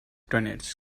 grenades